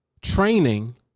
Training